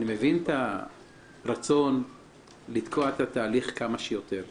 אני מבין את הרצון לתקוע את התהליך כמה שיותר אבל,